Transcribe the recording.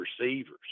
receivers